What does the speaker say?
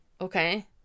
Okay